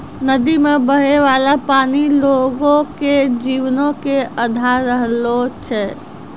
नदी मे बहै बाला पानी लोगो के जीवनो के अधार रहलो छै